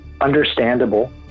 understandable